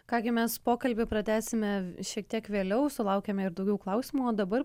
ką gi mes pokalbį pratęsime šiek tiek vėliau sulaukėme ir daugiau klausimų o dabar